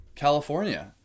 California